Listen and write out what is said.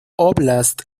óblast